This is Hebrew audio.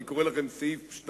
אני קורא לכם את סעיף 2,